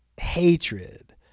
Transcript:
hatred